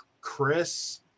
chris